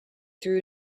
through